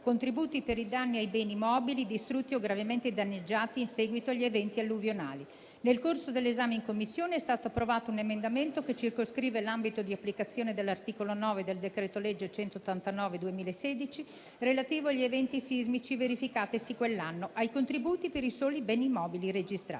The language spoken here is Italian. contributi per i danni ai beni mobili distrutti o gravemente danneggiati in seguito agli eventi alluvionali. Nel corso dell'esame in Commissione è stato approvato un emendamento che circoscrive l'ambito di applicazione dell'articolo 9 del decreto-legge n. 189 del 2016, relativo agli eventi sismici verificatisi quell'anno, ai contributi per i soli beni mobili registrati.